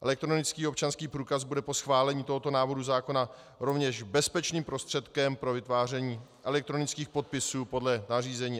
Elektronický občanský průkaz bude po schválení tohoto návrhu zákona rovněž bezpečným prostředkem pro vytváření elektronických podpisů podle nařízení eIDAS.